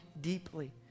deeply